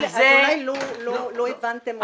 אז אולי לא הבנתם אותי נכון...